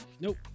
Nope